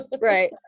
right